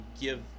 give